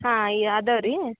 ಹಾಂ ಯಾ ಅದಾವ ರೀ